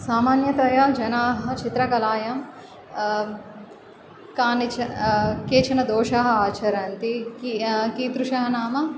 सामान्यतया जनाः चित्रकलायां कानिच केचन दोषाः आचरन्ति की कीदृशः नाम